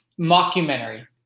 mockumentary